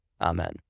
Amen